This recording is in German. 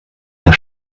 der